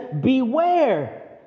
Beware